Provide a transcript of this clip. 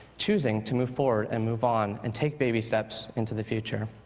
choosing to move forward and move on and take baby steps into the future.